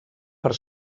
per